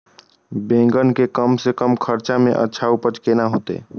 बेंगन के कम से कम खर्चा में अच्छा उपज केना होते?